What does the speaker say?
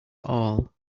all